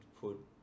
put